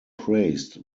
praised